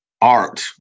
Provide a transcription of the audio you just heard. art